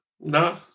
No